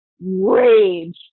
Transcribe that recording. rage